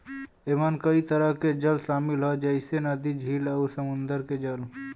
एमन कई तरह के जल शामिल हौ जइसे नदी, झील आउर समुंदर के जल